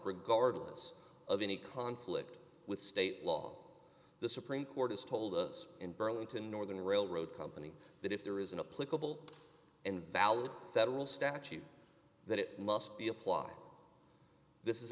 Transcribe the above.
regardless of any conflict with state law the supreme court has told us in burlington northern railroad company that if there isn't a political and valid federal statute that it must be applied this is